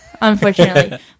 Unfortunately